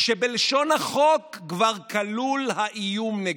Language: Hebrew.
כשבלשון החוק כבר כלול האיום נגדו?